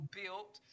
built